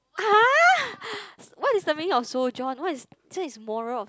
!huh! what is the meaning of sojourn what is this one is moral of